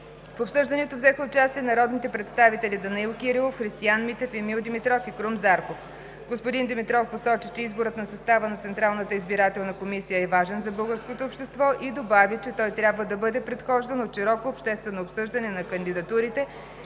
В обсъждането взеха участие народните представители Данаил Кирилов, Христиан Митев, Емил Димитров и Крум Зарков. Господин Димитров посочи, че изборът на състава на Централната избирателна комисия е важен за българското общество и добави, че той трябва да бъде предхождан от широко обществено обсъждане на кандидатурите,